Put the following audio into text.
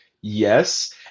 yes